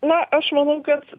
na aš manau kad